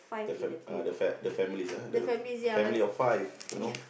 the fam~ uh the fa~ the families ah the family of five you know